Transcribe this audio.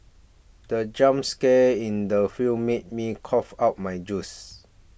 the jump scare in the film made me cough out my juice